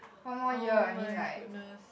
oh-my-goodness